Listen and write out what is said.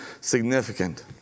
significant